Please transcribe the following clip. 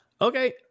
Okay